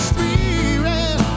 Spirit